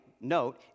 note